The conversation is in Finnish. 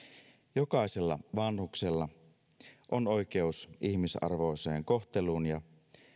jokaisella vanhuksella on oikeus ihmisarvoiseen kohteluun ja